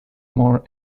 more